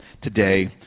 today